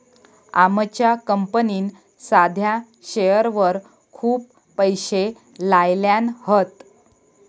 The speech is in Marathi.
आमच्या कंपनीन साध्या शेअरवर खूप पैशे लायल्यान हत